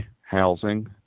housing